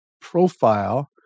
profile